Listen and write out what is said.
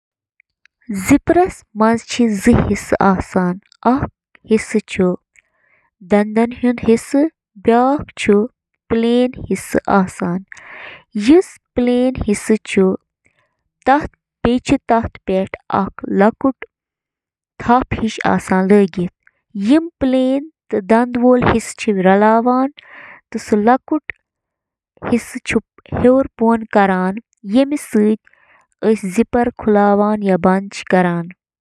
اکھ vacuum cleaner, یتھ صرف ویکیوم تہٕ ونان چِھ، چُھ اکھ یُتھ آلہ یُس قالینن تہٕ سخت فرشو پیٹھ گندگی تہٕ باقی ملبہٕ ہٹاونہٕ خاطرٕ سکشن تہٕ اکثر تحریک ہنٛد استعمال چُھ کران۔ ویکیوم کلینر، یِم گَرَن سۭتۍ سۭتۍ تجٲرتی ترتیبن منٛز تہِ استعمال چھِ یِوان کرنہٕ۔